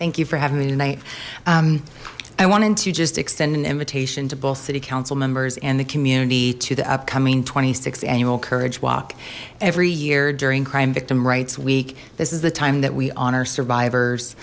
thank you for having me tonight i wanted to just extend an invitation to both city council members and the community to the upcoming th annual courage walk every year during crime victim rights week this is the time that we honor survivors